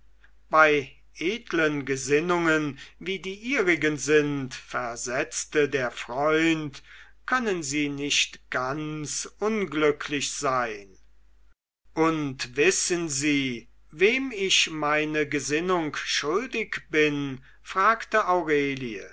bei edlen gesinnungen wie die ihrigen sind versetzte der freund können sie nicht ganz unglücklich sein und wissen sie wem ich meine gesinnung schuldig bin fragte aurelie